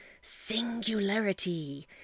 Singularity